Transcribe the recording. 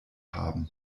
haben